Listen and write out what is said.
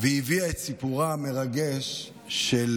והביאה את סיפורה המרגש של